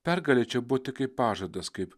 pergalė čia buvo tik kaip pažadas kaip